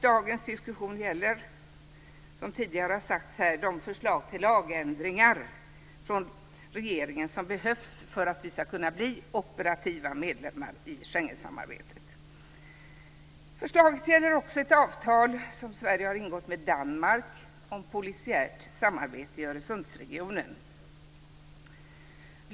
Dagens diskussion gäller, som tidigare har sagts här, de förslag till lagändringar från regeringen som behövs för att vi ska kunna bli operativa medlemmar i Schengensamarbetet. Förslaget gäller också ett avtal som Sverige har ingått med Danmark om polisiärt samarbete i Öresundsregionen.